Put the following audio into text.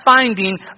finding